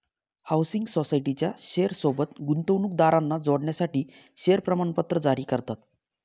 housing सोसायटीच्या share सोबत गुंतवणूकदारांना जोडण्यासाठी शेअर प्रमाणपत्र जारी करतात